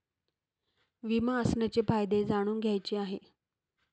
विमा असण्याचे फायदे जाणून घ्यायचे आहे